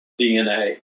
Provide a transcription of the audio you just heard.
DNA